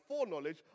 foreknowledge